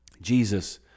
Jesus